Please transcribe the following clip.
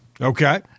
Okay